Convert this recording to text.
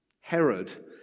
Herod